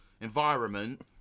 environment